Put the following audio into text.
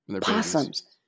Possums